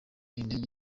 indege